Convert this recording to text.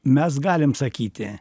mes galim sakyti